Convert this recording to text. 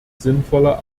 sinnvoller